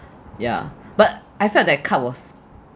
ya but I felt that card was